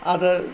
അത്